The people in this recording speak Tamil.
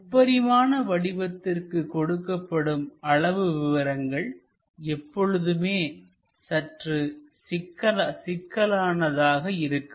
முப்பரிமான வடிவத்திற்கு கொடுக்கப்படும் அளவு விவரங்கள் எப்பொழுதுமே சற்று சிக்கலானதாக இருக்கும்